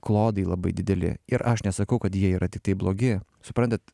klodai labai dideli ir aš nesakau kad jie yra tiktai blogi suprantat